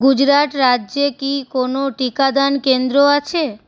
গুজরাট রাজ্যে কি কোনও টিকাদান কেন্দ্র আছে